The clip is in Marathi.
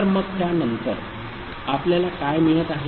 तर मग त्या नंतर आपल्याला काय मिळत आहे